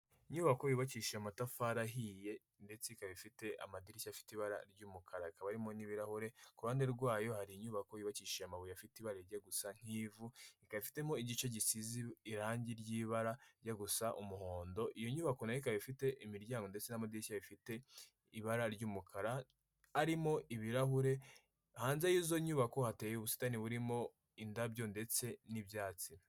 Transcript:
Inyubako yubakishije amatafari ahiye ndetse ikaba ifite amadirishya afite ibara ry'umukara hakaba harimo n'ibirahure iruhande rwayo hari inyubako yubakishije amabuye afite ibara ryijya gusa nk'ivu ifitemo igice gisize irangi ry'ibara rijya gusa umuhondo iyo nyubako nayo ikaba ifite imiryango ndetse n'amadirishya bifite ibara ry'umukara hakaba harimo ibirahure hanze y'izo nyubako hateye ubusitani burimo indabyo ndetse n'ibyatsi.